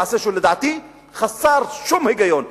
מעשה שלדעתי הוא חסר היגיון,